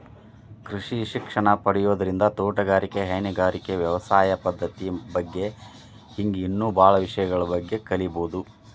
ಕೃಷಿ ಶಿಕ್ಷಣ ಪಡಿಯೋದ್ರಿಂದ ತೋಟಗಾರಿಕೆ, ಹೈನುಗಾರಿಕೆ, ವ್ಯವಸಾಯ ಪದ್ದತಿ ಬಗ್ಗೆ ಹಿಂಗ್ ಇನ್ನೂ ಬಾಳ ವಿಷಯಗಳ ಬಗ್ಗೆ ಕಲೇಬೋದು